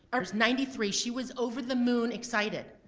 um was ninety three. she was over the moon excited.